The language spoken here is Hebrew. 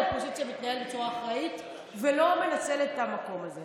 האופוזיציה מתנהלת בצורה אחראית ולא מנצלת את המקום הזה.